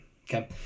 Okay